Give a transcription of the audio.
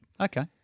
Okay